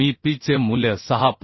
तर जर मी P चे मूल्य 6